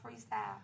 freestyle